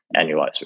annualized